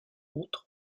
autres